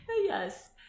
yes